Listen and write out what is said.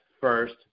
first